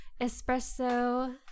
espresso